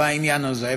בעניין הזה,